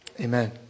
Amen